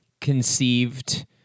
conceived